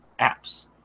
apps